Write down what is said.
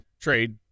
trade